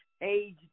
age